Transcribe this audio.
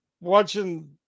watching